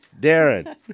Darren